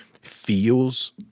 feels